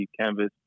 canvas